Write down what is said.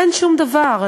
אין שום דבר.